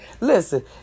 Listen